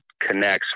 connects